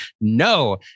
no